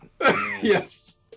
yes